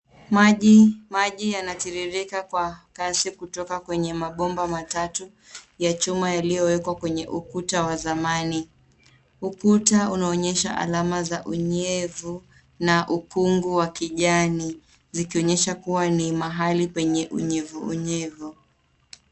Maji yanatiririka kwa kasi kutoka kwenye mabomba matatu ya chuma yaliyowekwa kwenye ukuta wa zamani. Ukuta unaonyesha alama za unyevu na ukungu wa kijani zikionyesha kuwa ni mahali kwenye unyevunyevu.